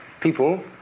people